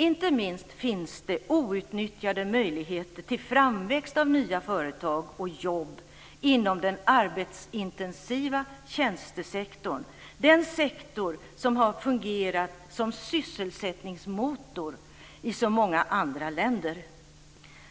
Inte minst finns det outnyttjade möjligheter till framväxt av nya företag och jobb inom den arbetsintensiva tjänstesektorn, den sektor som har fungerat som sysselsättningsmotor i så många andra länder.